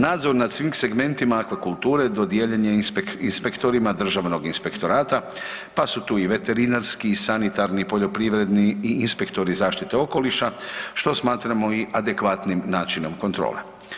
Nadzor nad svim segmentima aquakulture dodijeljen je inspektorima Državnog inspektorata pa su tu i veterinarski i sanitarni, poljoprivredni i inspektori zaštite okoliša što smatramo i adekvatnim načinom kontrole.